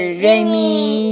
rainy